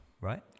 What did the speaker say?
right